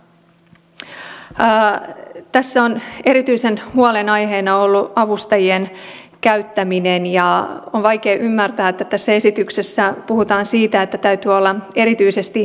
tässä on erityisen huolen aiheena ollut avustajien käyttäminen ja on vaikea ymmärtää että tässä esityksessä puhutaan siitä että täytyy olla erityisesti painavat syyt